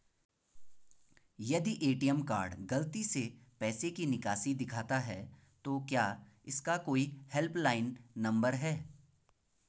यदि ATM card गलती से पैसे की निकासी दिखाता है तो क्या इसका कोई हेल्प लाइन नम्बर है?